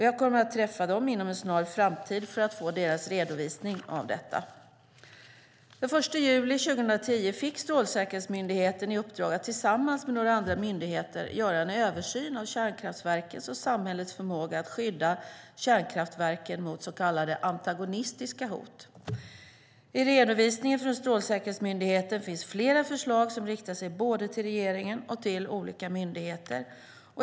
Jag kommer att träffa dem inom en snar framtid för att få deras redovisning av detta. Den 1 juli 2010 fick Strålsäkerhetsmyndigheten i uppdrag att tillsammans med några andra myndigheter göra en översyn av kärnkraftverkens och samhällets förmåga att skydda kärnkraftverken mot så kallade antagonistiska hot. I redovisningen från Strålsäkerhetsmyndigheten finns flera förslag som riktar sig både till regeringen och till olika myndigheter.